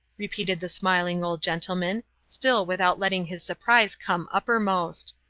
repeated the smiling old gentleman, still without letting his surprise come uppermost.